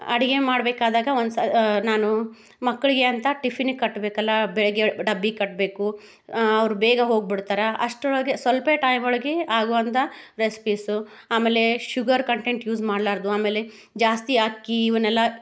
ಅಡುಗೆ ಮಾಡಬೇಕಾದಾಗ ಒಂದು ಸ ನಾನು ಮಕ್ಕಳಿಗೆ ಅಂತ ಟಿಫಿನಿಗೆ ಕಟ್ಟಬೇಕಲ್ಲ ಬೆಳಗ್ಗೆ ಡಬ್ಬಿಗೆ ಕಟ್ಟಬೇಕು ಅವ್ರು ಬೇಗ ಹೋಗ್ಬಿಡ್ತಾರೆ ಅಷ್ಟರೊಳಗೆ ಸ್ವಲ್ಪ ಟೈಮ್ ಒಳಗೆ ಆಗುವಂಥ ರೆಸ್ಪಿಸು ಆಮೇಲೆ ಶುಗರ್ ಕಂಟೆಂಟ್ ಯೂಸ್ ಮಾಡಲಾರ್ದು ಆಮೇಲೆ ಜಾಸ್ತಿ ಅಕ್ಕಿ ಇವನ್ನೆಲ್ಲ